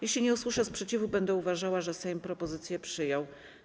Jeśli nie usłyszę sprzeciwu, będę uważała, że Sejm propozycję przyjął.